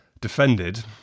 defended